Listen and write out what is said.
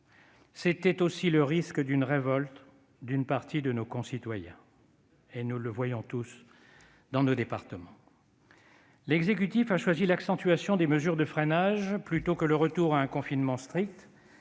prendre aussi le risque d'une révolte d'une partie de nos concitoyens, nous le voyons tous dans nos départements. L'exécutif a choisi l'accentuation des mesures de freinage plutôt que le retour à un confinement strict